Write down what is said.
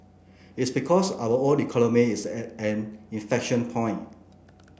it's because our own economy is at an inflection point